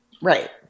Right